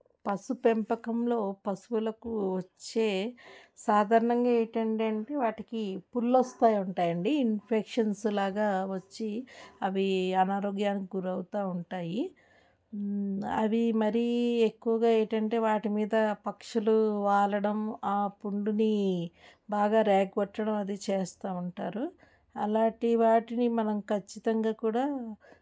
పశు పెంపకంలో పశువులకు వచ్చే సాధారణంగా ఏంటండేఅంటే వాటికి పుండ్లు వస్తా ఉంటాయండి ఇన్ఫెక్షన్స్లాగా వచ్చి అవి అనారోగ్యానికి గురవుతా ఉంటాయి అవి మరి ఎక్కువగా ఏంటంటే వాటి మీద పక్షులు వాలడం ఆ పుండుని బాగా రేగ్గొట్టడం అది చేస్తూ ఉంటారు అలాంటి వాటిని మనం ఖచ్చితంగా కూడా